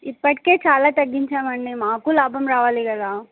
ఇప్పటికే చాలా తగ్గించాం అండి మాకు లాభం రావాలి కదా